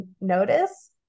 notice